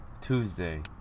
Tuesday